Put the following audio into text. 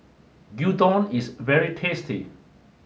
Gyudon is very tasty